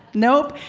nope.